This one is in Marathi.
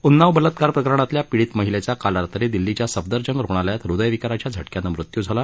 उन्नाव बलात्कार प्रकरणातील पीडित महिलेचा काल रात्री दिल्लीच्या सफदरजंग रुग्णालयात हृदयविकाराचा झटक्यानं मृत्यू झाला